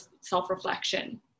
self-reflection